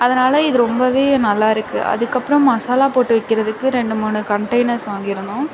அதனால இது ரொம்பவே நல்லா இருக்குது அதுக்கப்பறம் மசாலா போட்டு வைக்கிறதுக்கு ரெண்டு மூணு கண்டெய்னர்ஸ் வாங்கிருந்தோம்